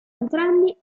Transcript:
entrambi